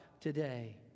today